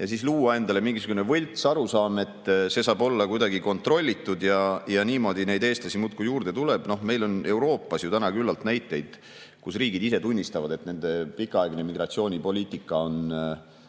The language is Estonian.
ja siis luua endale mingisugune võltsarusaam, et see saab olla kuidagi kontrollitud ja niimoodi neid eestlasi muudkui juurde tuleb … Noh, meil on ju Euroopas täna küllalt näiteid, kus riigid ise tunnistavad, et nende pikaaegne migratsioonipoliitika on